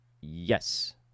Yes